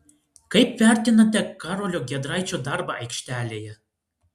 kaip vertinate karolio giedraičio darbą aikštelėje